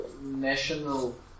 national